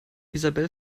isabel